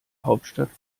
hauptstadt